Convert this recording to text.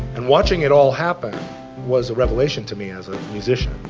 and watching it all happen was a revelation to me as a musician.